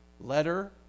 letter